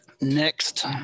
Next